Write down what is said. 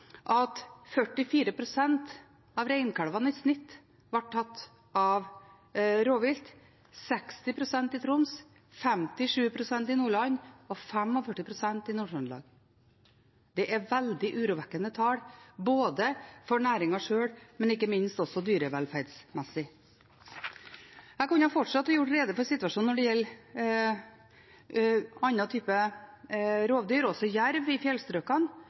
44 pst. av reinkalvene tatt av rovvilt – 60 pst. i Troms, 57 pst. i Nordland og 45 pst. i Nord-Trøndelag. Det er veldig urovekkende tall både for næringen sjøl og ikke minst dyrevelferdsmessig. Jeg kunne fortsatt og gjort rede for situasjonen når det gjelder andre rovdyr, også jerv i